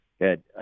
Good